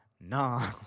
nah